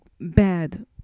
bad